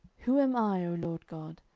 who am i, o lord god?